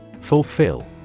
Fulfill